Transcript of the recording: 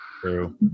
True